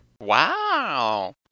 Wow